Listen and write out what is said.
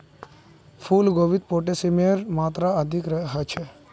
फूल गोभीत पोटेशियमेर मात्रा अधिक ह छे